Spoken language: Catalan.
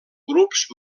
grups